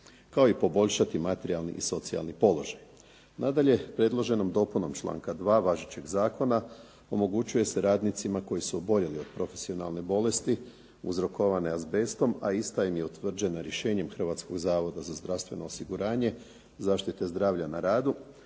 kao i poboljšati materijalni i socijalni položaj. Nadalje, predloženom dopunom članka 2. važećeg zakona omogućuje se radnicima koji su oboljeli od profesionalne bolesti uzrokovane azbestom, a ista im je utvrđena rješenjem Hrvatskog zavoda za zdravstveno osiguranje, zaštite zdravlja na radu,